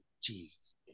Jesus